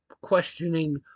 questioning